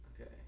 Okay